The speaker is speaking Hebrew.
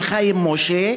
של חיים משה,